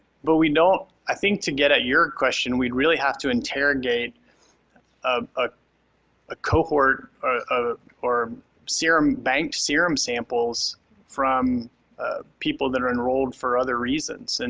but we don't i think to get at your question, we'd really have to interrogate a ah ah cohort or serum bank serum samples from people that are enrolled for other reasons. and